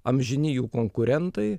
amžini jų konkurentai